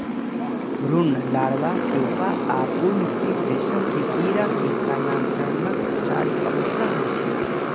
भ्रूण, larva, pupa आ पूर्ण कीट रेशम के कीड़ा के कायांतरणक चारि अवस्था होइ छै